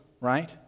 right